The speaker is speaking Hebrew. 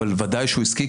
אבל וודאי שהוא עסקי,